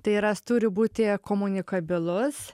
tai yra turi būti komunikabilus